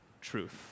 truth